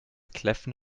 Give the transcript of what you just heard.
kläffen